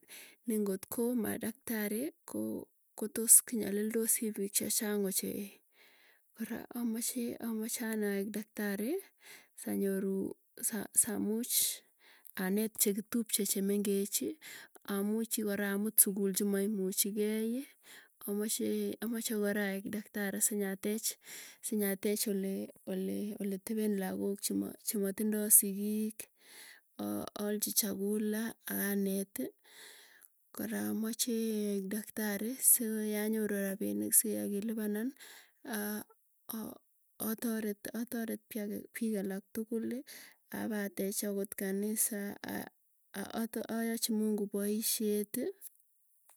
Ne ngotko madaktari ko kotos kinyalildosii piik chechang ochei, kora amache, amache anee aek daktari sanyoru samuch anet chekitupche chemengechi, amuchi kora amut sukul chimaimuchigeiyi. Amache kora aek daktari sinyatech, sinyatech ole ole ole tepen lagook chematindoi sigiik. Aa alchi chakula akaneti, kora amache aek daktari sikoi anyoru rapinik siyekilipanan atarepiik alak tuguli apatech akot kanisa, ayachi mungu poisyet.